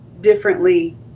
differently